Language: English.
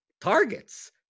targets